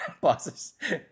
bosses